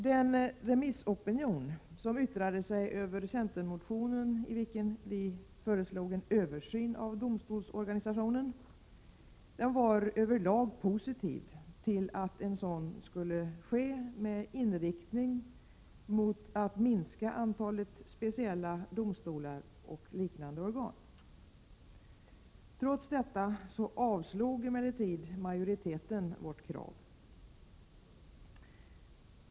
Den remissopinion som yttrade sig över centermotionen i vilken vi föreslog en översyn av domstolsorganisationen var över lag positiv till att en sådan skulle ske med inriktning på att minska antalet specialdomstolar och liknande organ. Trots detta avstyrkte emellertid majoriteten vårt krav.